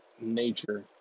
nature